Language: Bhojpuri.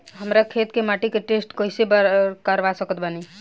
हमरा खेत के माटी के टेस्ट कैसे करवा सकत बानी?